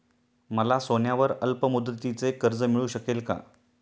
मला सोन्यावर अल्पमुदतीचे कर्ज मिळू शकेल का?